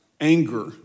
Anger